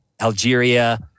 Algeria